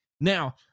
Now